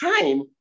time